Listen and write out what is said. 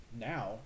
now